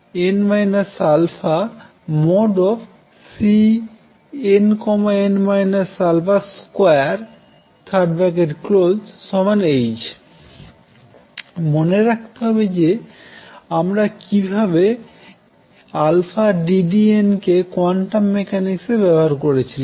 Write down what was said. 2h মনে রাখতে হবে আমরা কিভাবে ddn কে কোয়ান্টাম মেকানিক্সে ব্যবহার করেছিলাম